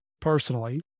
personally